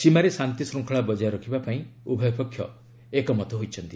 ସୀମାରେ ଶାନ୍ତି ଶୃଙ୍ଖଳା ବଜାୟ ରଖିବା ପାଇଁ ଉଭୟ ପକ୍ଷ ଏକମତ ହୋଇଛନ୍ତି